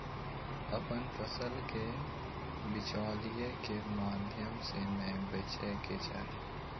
अपन फसल के बिचौलिया के माध्यम से नै बेचय के चाही